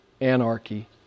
anarchy